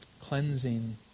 cleansing